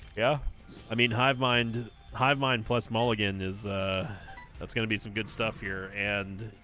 yeah i mean hive mind hive mind plus mulligan is that's gonna be some good stuff here and